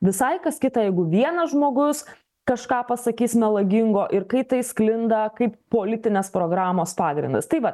visai kas kita jeigu vienas žmogus kažką pasakys melagingo ir kai tai sklinda kaip politinės programos pagrindas tai va